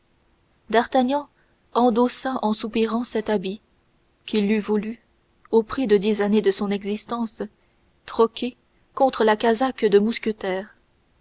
d'artagnan endossa en soupirant cet habit qu'il eût voulu au prix de dix années de son existence troquer contre la casaque de mousquetaire